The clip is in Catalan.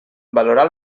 valorar